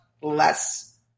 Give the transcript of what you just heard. less